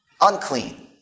unclean